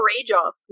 rage-off